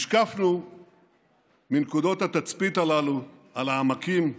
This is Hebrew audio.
השקפנו מנקודות התצפית הללו על העמקים,